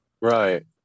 right